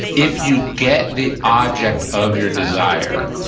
if you get the object of your desire,